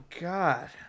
God